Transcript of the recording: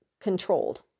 controlled